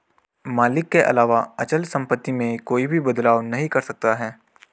मालिक के अलावा अचल सम्पत्ति में कोई भी बदलाव नहीं कर सकता है